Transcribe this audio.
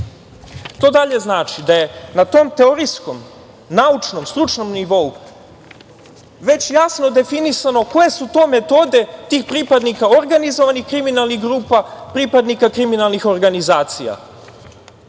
To dalje znači da je na tom teorijskom, naučnom, stručnom nivou već jasno definisano koje su to metode tih pripadnika organizovanih kriminalnih grupa, pripadnika kriminalnih organizacija